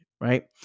right